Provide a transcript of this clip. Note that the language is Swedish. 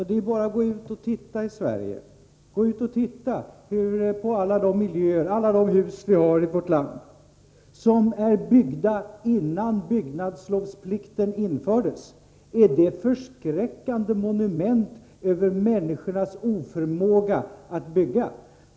Det är bara att gå ut och titta i Sverige på alla miljöer, på alla hus i vårt land som är byggda innan byggnadslovsplikten infördes. Är det ett förskräckande monument över människornas oförmåga att bygga?